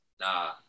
Nah